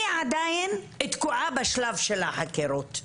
אני עדיין תקועה בשלב של החקירות,